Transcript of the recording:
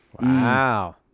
Wow